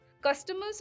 customers